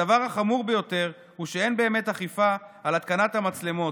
הדבר החמור ביותר הוא שאין באמת אכיפה של התקנת המצלמות.